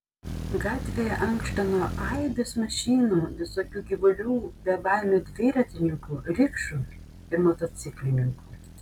gatvėje ankšta nuo aibės mašinų visokių gyvulių bebaimių dviratininkų rikšų ir motociklininkų